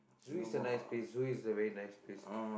zoo is a nice place zoo is a very nice place